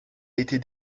été